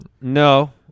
no